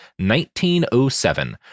1907